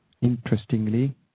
interestingly